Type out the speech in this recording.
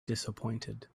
disappointed